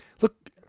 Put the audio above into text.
look